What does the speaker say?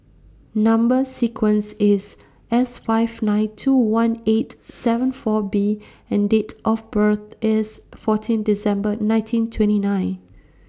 Number sequence IS S five nine two one eight seven four B and Date of birth IS fourteen December nineteen twenty nine